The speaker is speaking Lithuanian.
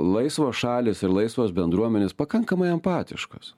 laisvos šalys ir laisvos bendruomenės pakankamai empatiškos